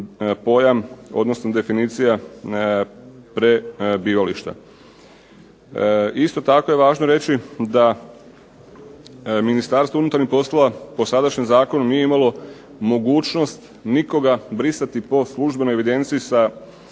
pojam odnosno definicija prebivališta. Isto tako je važno reći da Ministarstvo unutarnjih poslova po sadašnjem zakonu nije imalo mogućnost nikoga brisati po službenoj evidenciji sa